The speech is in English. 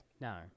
No